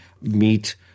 meet